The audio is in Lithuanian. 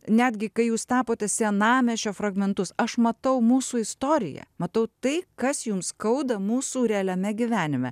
netgi kai jūs tapote senamiesčio fragmentus aš matau mūsų istoriją matau tai kas jums skauda mūsų realiame gyvenime